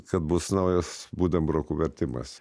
kad bus naujas budenbrokų vertimas